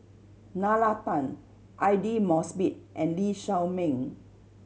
Nalla Tan Aidli Mosbit and Lee Shao Meng